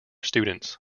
students